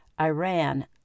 Iran